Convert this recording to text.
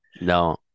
No